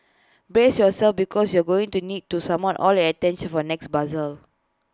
brace yourselves because you're going to need to summon all your attention for next puzzle